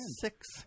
Six